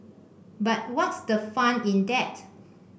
but what's the fun in that